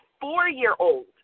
four-year-old